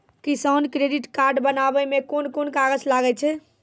किसान credit card बनाबै मे कोन कोन कागज लागै छै?